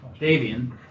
Davian